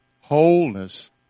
Wholeness